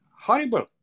horrible